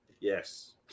yes